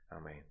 Amen